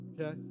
okay